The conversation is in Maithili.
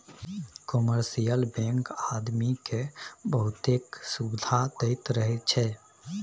कामर्शियल बैंक आदमी केँ बहुतेक सुविधा दैत रहैत छै